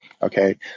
Okay